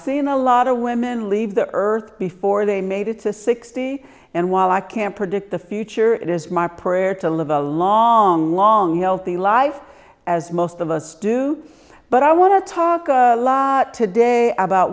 seen a lot of women leave the earth before they made it to sixty and while i can't predict the future it is my prayer to live a long long healthy life as most of us do but i want to talk a lot today about